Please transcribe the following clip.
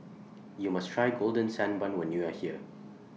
YOU must Try Golden Sand Bun when YOU Are here